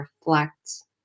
reflects